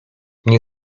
nie